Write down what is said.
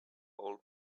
old